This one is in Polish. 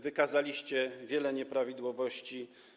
Wykazaliście wiele nieprawidłowości.